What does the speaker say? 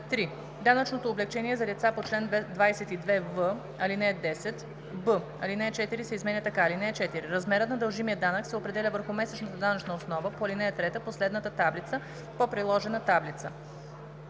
„3. данъчното облекчение за деца по чл. 22в, ал. 10.“; б) ал. 4 се изменя така: „(4) Размерът на дължимия данък се определя върху месечната данъчна основа по ал. 3 по следната таблица: по приложена таблица.